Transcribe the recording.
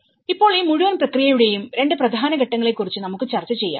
ഇപ്പോൾ ഈ മുഴുവൻ പ്രക്രിയയുടെയും 2 പ്രധാന ഘട്ടങ്ങളെക്കുറിച്ച് നമുക്ക് ചർച്ച ചെയ്യാം